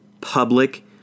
public